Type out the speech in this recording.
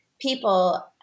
people